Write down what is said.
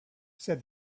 said